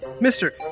mister